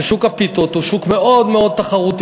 שוק הפיתות הוא שוק מאוד מאוד תחרותי,